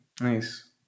Nice